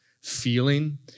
feeling